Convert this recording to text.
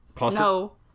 No